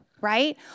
right